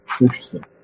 interesting